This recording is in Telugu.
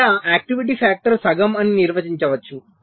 ఇక్కడ ఆక్టివిటీ ఫాక్టర్ సగం అని నిర్వచించవచ్చు